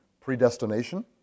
predestination